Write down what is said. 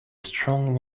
strong